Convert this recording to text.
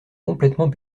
complètement